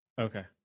Okay